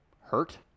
Hurt